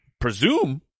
presume